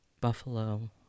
Buffalo